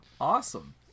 Awesome